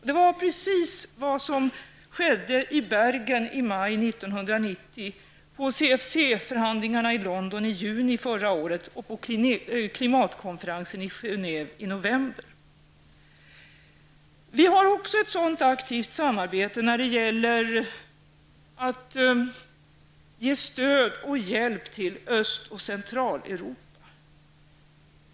Det var precis det som hände i Bergen i maj 1990, på CFC-förhandlingarna i London i juni förra året och på klimatkonferensen i Genève i november. Ett sådant aktivt samarbete har vi också när det gäller att ge stöd och hjälp till Öst och Centraleuropa.